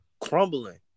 crumbling